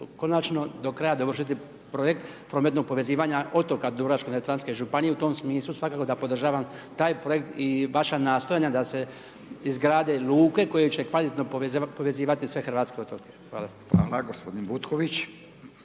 konačno do kraja dovršiti projekt prometnog povezivanja otoka Dubrovačko-neretvanske županije. U tom smislu svakako da podržavam taj projekt i vaša nastojanja da se izgrade luke koje će kvalitetno povezivati sve hrvatske otoke. Hvala. **Radin, Furio